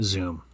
Zoom